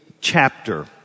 chapter